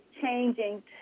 changing